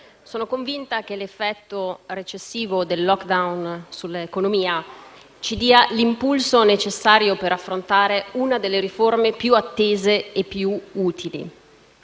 Sono convinta che l'effetto recessivo del *lockdown* sull'economia ci dia l'impulso necessario per affrontare una delle riforme più attese e più utili.